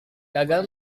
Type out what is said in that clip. gagal